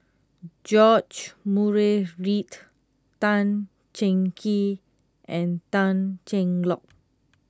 George Murray Reith Tan Cheng Kee and Tan Cheng Lock